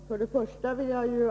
Herr talman!